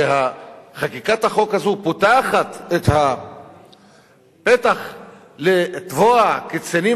שחקיקת החוק הזו פותחת את הפתח לתבוע קצינים